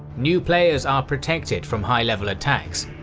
new players are protected from high level attacks.